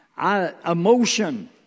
Emotion